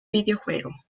videojuego